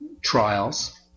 trials